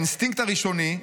האינסטינקט הראשוני,